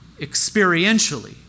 experientially